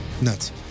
Nuts